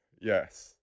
Yes